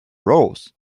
rose